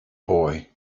boy